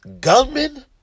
gunman